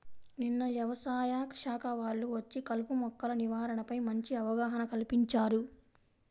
నిన్న యవసాయ శాఖ వాళ్ళు వచ్చి కలుపు మొక్కల నివారణపై మంచి అవగాహన కల్పించారు